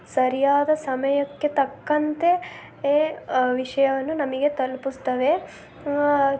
ಸರಿಯಾದ ಸಮಯಕ್ಕೆ ತಕ್ಕಂತೆ ಏ ವಿಷ್ಯವನ್ನು ನಮಗೆ ತಲುಪಿಸ್ತವೆ